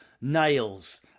nails